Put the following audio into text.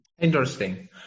Interesting